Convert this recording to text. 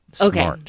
Okay